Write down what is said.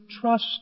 trust